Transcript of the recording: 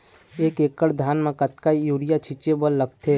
एक एकड़ धान म कतका यूरिया छींचे बर लगथे?